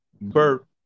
Bert